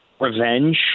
revenge